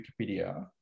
Wikipedia